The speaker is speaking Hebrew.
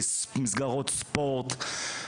במסגרות ספורט,